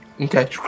Okay